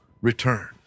return